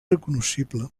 recognoscible